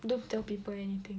don't tell people anything